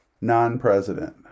Non-president